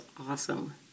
awesome